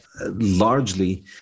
Largely